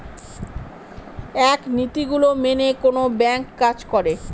এক নীতি গুলো মেনে কোনো ব্যাঙ্ক কাজ করে